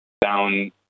down